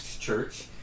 church